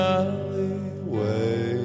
alleyway